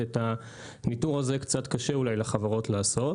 ואת הניטור הזה אולי קצת קשה לחברות לעשות.